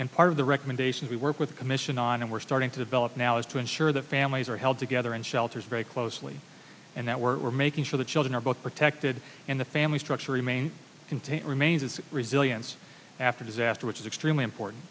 and part of the recommendations we work with commission and we're starting to develop now is to ensure that families are held together in shelters very closely and that we're making sure that children are both protected in the family structure remained contained remains its resilience after disaster which is extremely important